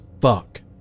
fuck